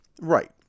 Right